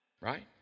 Right